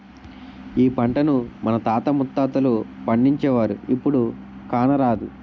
ఈ పంటను మన తాత ముత్తాతలు పండించేవారు, ఇప్పుడు కానరాదు